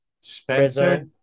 Spencer